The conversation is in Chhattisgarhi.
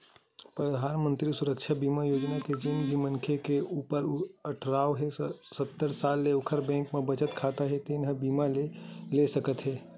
परधानमंतरी सुरक्छा बीमा योजना म जेन भी मनखे के उमर अठारह ले सत्तर साल हे ओखर बैंक म बचत खाता हे तेन ह ए बीमा ल ले सकत हे